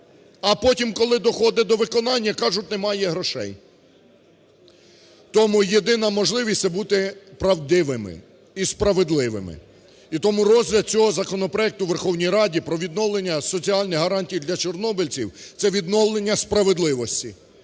А потім, коли доходить до виконання, кажуть, немає грошей. Тому єдина можливість – це бути правдивими і справедливими. І тому розгляд цього законопроекту у Верховній Раді про відновлення соціальних гарантій для чорнобильців – це відновлення справедливості